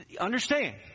Understand